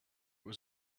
was